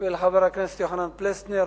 ולחבר הכנסת יוחנן פלסנר.